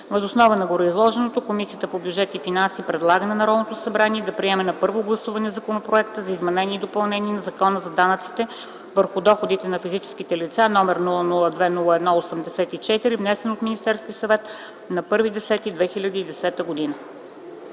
Въз основа на гореизложеното Комисията по бюджет и финанси предлага на Народното събрание да приеме на първо гласуване Законопроекта за изменение и допълнение на Закона за данъците върху доходите на физическите лица, № 002-01-84, внесен от Министерския съвет на 1 октомври